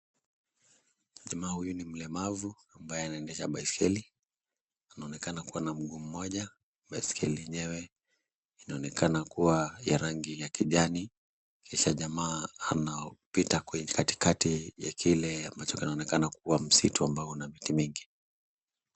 Jamaa huyu nimelemavu ambaye anendesha baiskeli. Anaonekana kuwa na mguu moja. Baiskeli yenyewe inaonekana kuwa ya rangi ya kijani. Kisha jamaa anapita kwenye katikati ya kile kinachoonekana kama msitu uliona miti mingi.